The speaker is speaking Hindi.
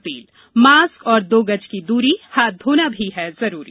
अपील मास्क और दो गज की दूरी हाथ धोना भी है जरूरी